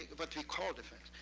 but we call defense.